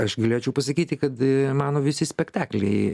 aš galėčiau pasakyti kad mano visi spektakliai